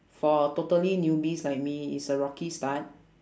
for totally newbies like me it's a rocky start